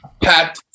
Pat